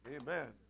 Amen